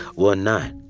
one night,